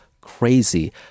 crazy